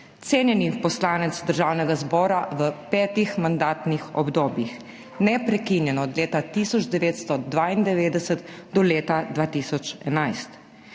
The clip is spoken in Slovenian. cenjeni poslanec Državnega zbora v petih mandatnih obdobjih, neprekinjeno od leta 1992 do leta 2011,